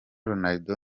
ronaldo